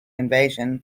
invasion